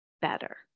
better